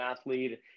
athlete